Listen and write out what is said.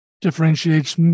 differentiates